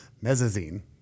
mezzanine